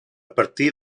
partir